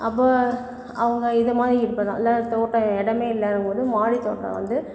அப்போ அவங்க இது மாதிரி இப்போ நல்ல தோட்டம் இடமே இல்லாத போது மாடி தோட்டம் வந்து